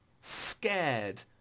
scared